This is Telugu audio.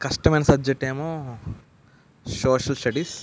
కష్టమైన సబ్జెక్ట్ ఏమో సోషల్ స్టడీస్